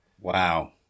Wow